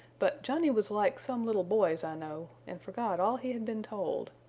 but johnny was like some little boys i know, and forgot all he had been told.